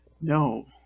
No